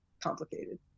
complicated